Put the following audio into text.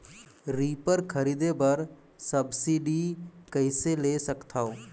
Reaper खरीदे बर subsidy कइसे ले सकथव?